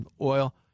oil